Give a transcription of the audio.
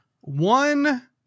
one